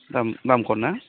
दाम दामखौना